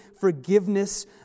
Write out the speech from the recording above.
forgiveness